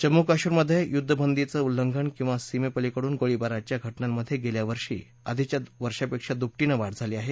जम्मू कश्मीरमध्ये युद्धबंदीचं उल्लंघन किवा सीमेपलिकडून गोळीबाराच्या घटनांमधे गेल्या वर्षी आधीच्या वर्षापेक्षा दुपटीनं वाढ झाली आहे